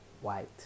white